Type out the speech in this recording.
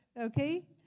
Okay